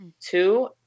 Two